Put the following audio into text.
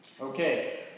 Okay